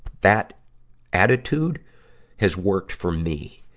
that attitude has worked for me.